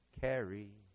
carry